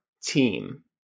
team